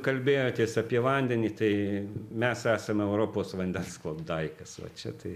kalbėjotės apie vandenį tai mes esame europos vandens klondaikas va čia tai